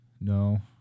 No